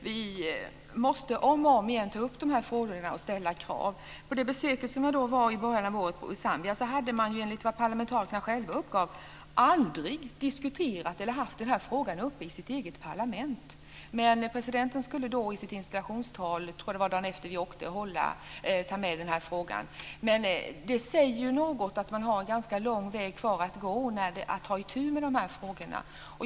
Vi måste om och om igen ta upp de här frågorna och ställa krav. Vid det besök som jag i början av året gjorde i Zambia hade man enligt vad parlamentarikerna själva uppgav aldrig haft den här frågan uppe i sitt eget parlament. Presidenten skulle dock i sitt installationstal dagen efter det att vi skulle åka tillbaka ta upp den här frågan. Detta säger att man har en ganska lång väg kvar att gå när det gäller att ta itu med de här frågorna.